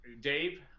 Dave